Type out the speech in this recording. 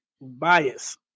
Bias